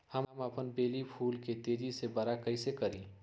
हम अपन बेली फुल के तेज़ी से बरा कईसे करी?